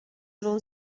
grow